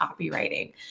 copywriting